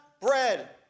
bread